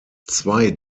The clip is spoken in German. zwei